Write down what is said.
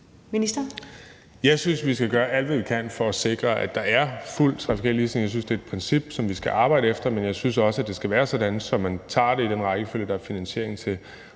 Jeg synes, vi skal gøre alt, hvad vi kan, for at sikre, at der er fuld trafikal ligestilling. Jeg synes, det er et princip, som vi skal arbejde efter, men jeg synes også, at det skal være sådan, at man tager det i den rækkefølge, der er finansiering til,